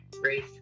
race